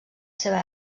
seva